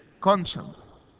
conscience